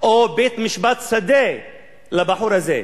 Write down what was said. או בית-משפט שדה לבחור הזה,